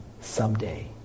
someday